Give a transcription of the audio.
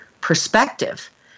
perspective